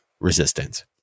Resistance